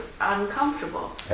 uncomfortable